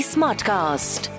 Smartcast